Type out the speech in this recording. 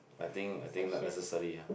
I think I think like necessary ah